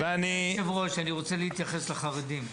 אני רוצה להתייחס לחרדים.